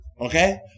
Okay